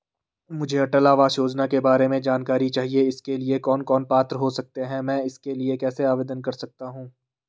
मुझे अटल आवास योजना के बारे में जानकारी चाहिए इसके लिए कौन कौन पात्र हो सकते हैं मैं इसके लिए कैसे आवेदन कर सकता हूँ?